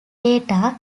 data